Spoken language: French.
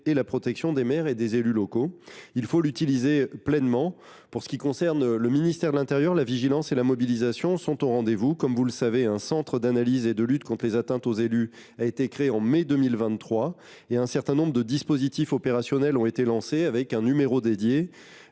et la protection des maires et des élus locaux. Il faut l’utiliser pleinement ! Pour ce qui concerne le ministère de l’intérieur, la vigilance et la mobilisation sont au rendez vous. Comme vous le savez, un Centre d’analyse et de lutte contre les atteintes aux élus (Calaé) a été créé en mai 2023 et un certain nombre de dispositifs opérationnels ont été mis en œuvre,